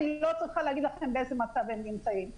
אני לא צריכה להגיד לכם באיזה מצב הם נמצאים.